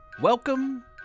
Welcome